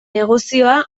negozioa